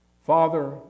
Father